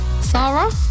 Sarah